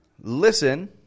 listen